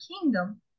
kingdom